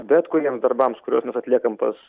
bet kuriems darbams kuriuos mes atliekam pas